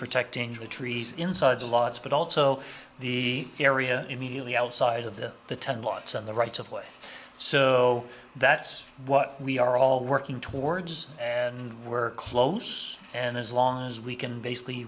protecting the trees inside lots but also the area immediately outside of the ten lots on the rights of way so that's what we are all working towards and we're close and as long as we can basically